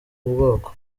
ubwoko